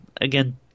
again